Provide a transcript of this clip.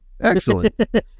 Excellent